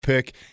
pick